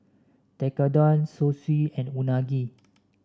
Tekkadon Zosui and Unagi